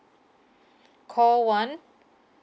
call one